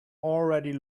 already